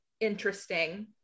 interesting